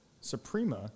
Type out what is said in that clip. Suprema